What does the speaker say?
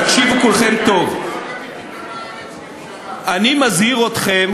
תקשיבו כולכם טוב, עיתון "הארץ" אני מזהיר אתכם